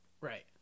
Right